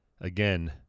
again